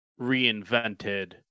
reinvented